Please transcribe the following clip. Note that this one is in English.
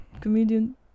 comedian